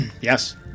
Yes